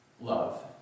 love